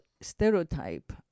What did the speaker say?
stereotype